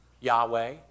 Yahweh